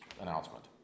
announcement